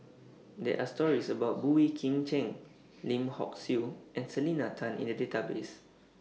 There Are stories about Boey Kim Cheng Lim Hock Siew and Selena Tan in The Database